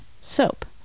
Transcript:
Soap